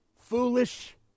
foolish